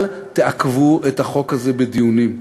אל תעכבו את החוק הזה בדיונים.